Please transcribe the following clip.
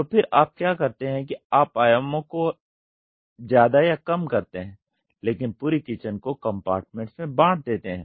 तो फिर आप क्या करते हैं आप आयामों को ज्यादा या कम करते हैं लेकिन पूरी किचन को कम्पार्टमेंट्स में बाँट देते हैं